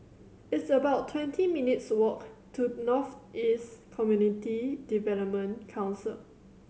it's about twenty minutes' walk to North East Community Development Council